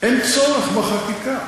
אין צורך בחקיקה.